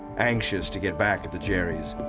anxious to get back at the jerries.